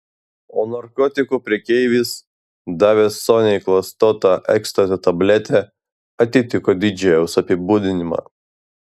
o narkotikų prekeivis davęs soniai klastotą ekstazio tabletę atitiko didžėjaus apibūdinimą